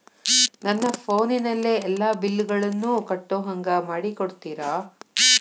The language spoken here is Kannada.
ನನ್ನ ಫೋನಿನಲ್ಲೇ ಎಲ್ಲಾ ಬಿಲ್ಲುಗಳನ್ನೂ ಕಟ್ಟೋ ಹಂಗ ಮಾಡಿಕೊಡ್ತೇರಾ?